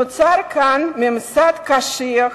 נוצר כאן ממסד קשיח